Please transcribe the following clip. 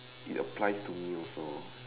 it applies to me also